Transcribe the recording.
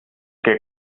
que